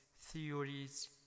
theories